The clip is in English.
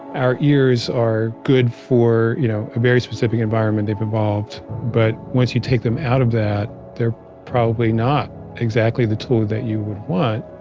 our ears are good for you know a very specific environment. they've evolved. but once you take them out of that they're probably not exactly the tool you would want.